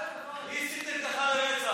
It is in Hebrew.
מי הסית נגדך לרצח?